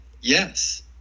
Yes